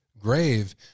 grave